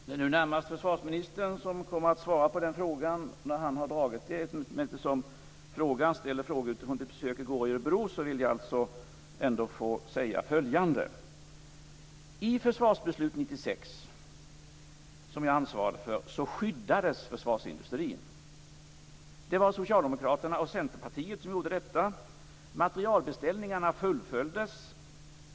Herr talman! Det är närmast försvarsministern som kommer att svara på den frågan. Men eftersom frågeställaren ställer frågan utifrån besöket i Örebro i går vill jag ändå få säga följande: I Försvarsbeslut 96, som jag ansvarade för, skyddades försvarsindustrin. Det var Socialdemokraterna och Centerpartiet som gjorde detta. Materialbeställningarna fullföljdes.